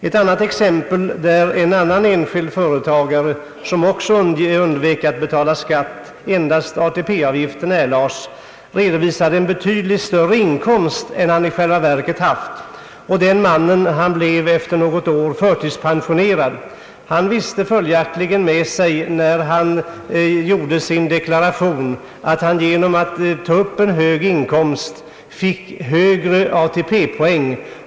Ett annat exempel gäller en enskild företagare, som också undvek att betala skatt och endast erlade ATP-avgiften. Han redovisade en betydligt högre inkomst än han i själva verket hade haft. Han visste följaktligen, när han gjorde upp sin deklaration, att han genom att ta upp för hög inkomst fick högre ATP poäng.